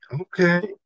okay